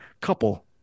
couple